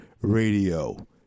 Radio